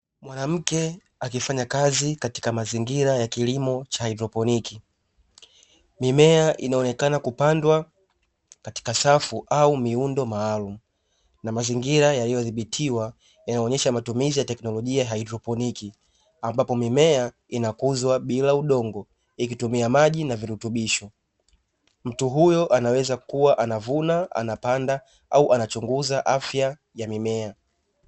Mwanamke akifanya kazi katika mazingira ya kilimo cha haidroponi. Mimea inaonekana kupandwa katika safu au muundo maalumu na mazingira yaliyodhibitiwa yanaonyesha matumizi ya teknolojia ya haidroponi ambapo mimea inakuzwa bila udongo ikitumia maji na virutubisho. Mtu huyo anaweza kuwa anavuna, anapanda au anachunguza afya ya mimea.